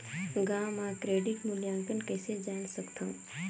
गांव म क्रेडिट मूल्यांकन कइसे जान सकथव?